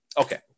okay